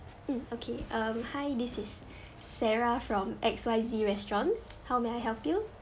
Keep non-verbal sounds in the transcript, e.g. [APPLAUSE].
mm okay um hi this is [BREATH] sarah from X Y Z restaurant how may I help you